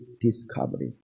discovery